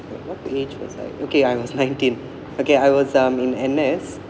what age was I okay I was nineteen okay I was um in N_S